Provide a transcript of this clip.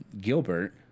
gilbert